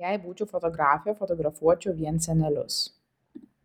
jei būčiau fotografė fotografuočiau vien senelius